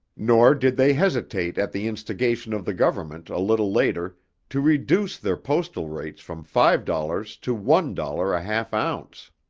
nor did they hesitate at the instigation of the government a little later to reduce their postal rates from five dollars to one dollar a half ounce.